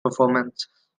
performances